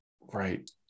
Right